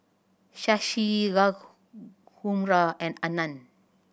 Shashi Raghuram and Anand